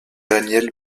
daniel